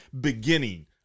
beginning